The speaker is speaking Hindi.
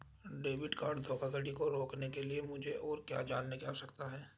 डेबिट कार्ड धोखाधड़ी को रोकने के लिए मुझे और क्या जानने की आवश्यकता है?